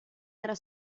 era